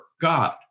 God